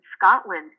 Scotland